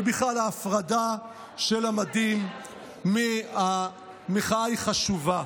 ובכלל, ההפרדה של המדים מהמחאה היא חשובה.